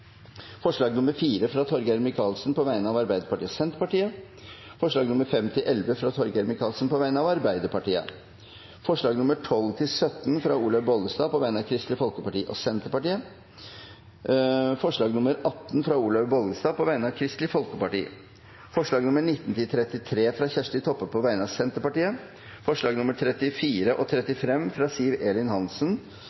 forslag nr. 4, fra Torgeir Micaelsen på vegne av Arbeiderpartiet og Senterpartiet forslagene nr. 5–11, fra Torgeir Micaelsen på vegne av Arbeiderpartiet forslagene nr. 12–17, fra Olaug V. Bollestad på vegne av Kristelig Folkeparti og Senterpartiet forslag nr. 18, fra Olaug V. Bollestad på vegne av Kristelig Folkeparti forslagene nr. 19–33, fra Kjersti Toppe på vegne av Senterpartiet forslagene nr. 34 og